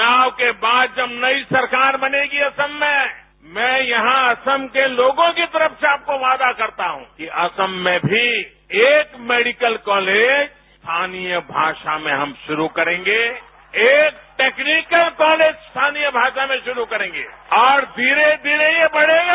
चुनाव के बाद जब नई सरकार बनेगी असम में मैं यहां असम के लोगों की तरफ से आपको वादा करता हूं कि असम में भी एक मेडिकल कॉलेज स्थानीय भाषा में हम शुरू करेंगे एक टेक्निकल कॉलेज स्थानीय भाषा में शुरू करेंगे और धीरे धीरे ये बढ़ेगा